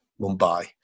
Mumbai